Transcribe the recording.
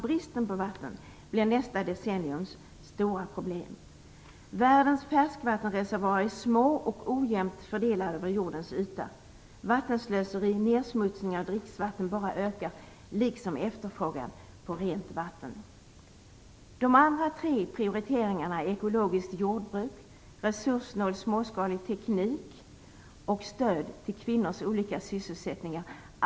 Bristen på vatten blir nästa decenniums stora problem. Världens färskvattenreservoarer är små och ojämnt fördelade över jordens yta. Vattenslöseri och nedsmutsning av dricksvatten bara ökar liksom efterfrågan på rent vatten. De övriga tre prioriteringarna är ekologiskt jordbruk, resurssnål småskalig teknik och stöd till kvinnors olika sysselsättningar.